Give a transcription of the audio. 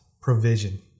provision